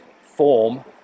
form